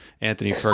Anthony